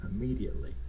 immediately